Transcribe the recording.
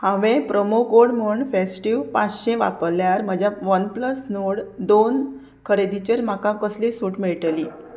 हांवें promo code म्हूण festive पांचशें वापरल्यार म्हज्या वन प्लस नोड दोन खरेदीचेर म्हाका कसली सूट मेळटली